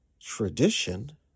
tradition